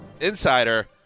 insider